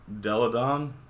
Deladon